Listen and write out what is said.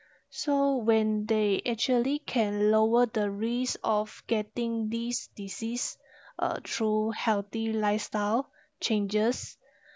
so when they actually can lower the risk of getting these disease uh through healthy lifestyle changes